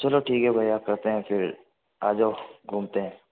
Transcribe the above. चलो ठीक है भय्या करते हैं फिर आ जाओ घूमते हैं